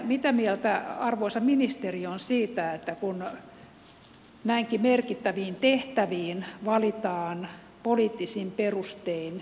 mitä mieltä arvoisa ministeri on siitä että näinkin merkittäviin tehtäviin valitaan poliittisin perustein henkilöitä